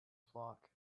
flock